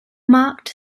marked